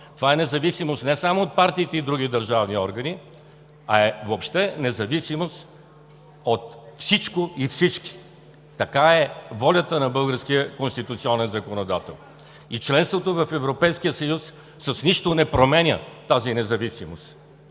Това е независимост не само от партиите и други държавни органи, а е въобще независимост от всичко и всички. Такава е волята на българския конституционен законодател. И членството в Европейския съюз с нищо не променя тази независимост.